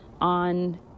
on